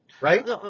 Right